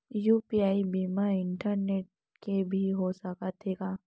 UPI बिना internet के भी हो सकत हे का?